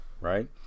Right